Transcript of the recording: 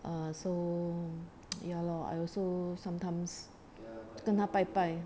a'ah so ya lor I also sometimes 跟他拜拜